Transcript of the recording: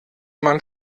man